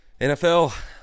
NFL